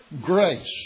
grace